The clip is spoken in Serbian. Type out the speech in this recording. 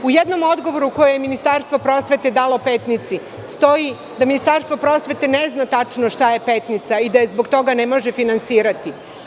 U jednom odgovoru koji je Ministarstvo prosvete dalo Petnici stoji da Ministarstvo prosvete ne zna tačno šta je Petnica i da je zbog toga ne može finansirati.